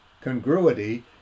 congruity